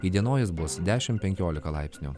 įdienojus bus dešim penkiolika laipsnių